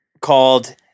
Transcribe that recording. called